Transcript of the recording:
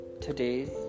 Today's